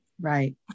Right